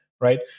Right